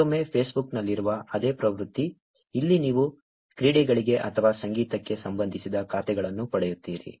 ಮತ್ತೊಮ್ಮೆ ಫೇಸ್ಬುಕ್ನಲ್ಲಿರುವ ಅದೇ ಪ್ರವೃತ್ತಿ ಇಲ್ಲಿ ನೀವು ಕ್ರೀಡೆಗಳಿಗೆ ಅಥವಾ ಸಂಗೀತಕ್ಕೆ ಸಂಬಂಧಿಸಿದ ಖಾತೆಗಳನ್ನು ಪಡೆಯುತ್ತೀರಿ